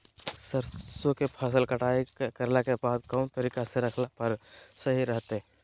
सरसों के फसल कटाई करला के बाद कौन तरीका से रखला पर सही रहतय?